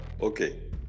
Okay